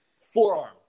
Forearm